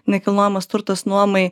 nekilnojamas turtas nuomai